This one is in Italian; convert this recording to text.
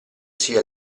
sia